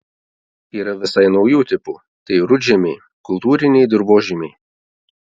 yra visai naujų tipų tai rudžemiai kultūriniai dirvožemiai